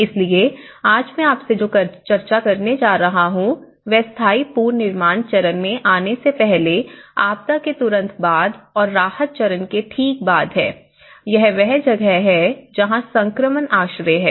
इसलिए आज मैं आपसे जो चर्चा करने जा रहा हूं वह स्थायी पुनर्निर्माण चरण में आने से पहले आपदा के तुरंत बाद और राहत चरण के ठीक बाद है यह वह जगह है जहां संक्रमण आश्रय है